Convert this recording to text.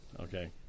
Okay